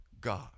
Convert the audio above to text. God